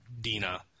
Dina